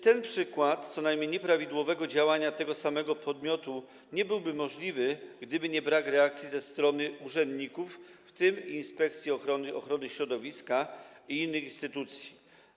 Ten przykład co najmniej nieprawidłowego działania tego samego podmiotu nie byłby możliwy, gdyby nie brak reakcji ze strony urzędników, w tym Inspekcji Ochrony Środowiska i innych instytucji.